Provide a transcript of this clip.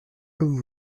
comme